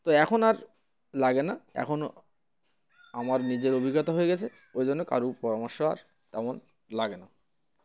তো এখন আর লাগে না এখনও আমার নিজের অভিজ্ঞতা হয়ে গেছে ওই জন্য কারুর পরামর্শ আর তেমন লাগে না